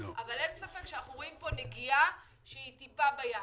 אבל אין ספק שאנחנו רואים פה נגיעה שהיא טיפה בים.